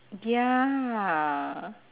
ya